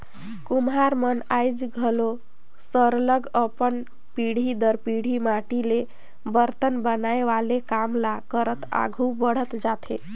कुम्हार मन आएज घलो सरलग अपन पीढ़ी दर पीढ़ी माटी ले बरतन बनाए वाले काम ल करत आघु बढ़त जात हें